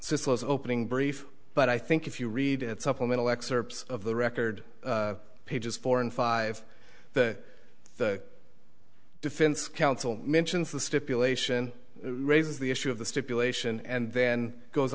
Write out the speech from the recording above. slows opening brief but i think if you read it supplemental excerpts of the record pages four and five that the defense counsel mentions the stipulation raises the issue of the stipulation and then goes